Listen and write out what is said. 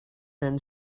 than